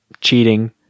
cheating